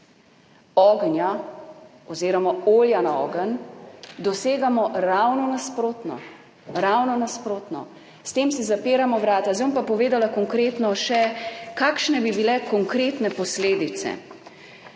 ognja oziroma olja na ogenj dosegamo ravno nasprotno, ravno nasprotno, s tem si zapiramo vrata. Zdaj bom pa povedala konkretno še, kakšne bi bile konkretne posledice.